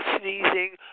sneezing